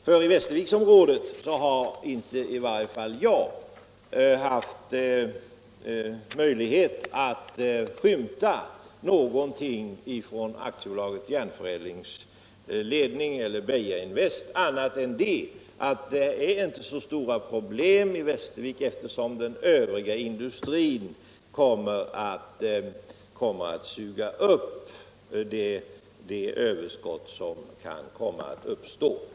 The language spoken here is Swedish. I Västerviksområdet har i varje fall inte jag haft möjlighet att skymta någonting från AB Järnförädlings ledning eller från Beijerinvest annat än ett påpekande, att det inte är så stora problem i Västervik eftersom den övriga industrin kommer att suga upp det arbetskraftsöverskott som kan komma att uppstå.